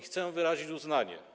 Chcę wyrazić uznanie.